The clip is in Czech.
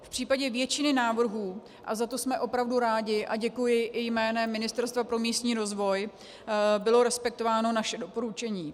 V případě většiny návrhů, a za to jsme opravdu rádi a děkuji i jménem Ministerstva pro místní rozvoj, bylo respektováno naše doporučení.